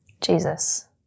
Jesus